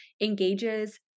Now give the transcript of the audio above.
engages